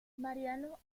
mariano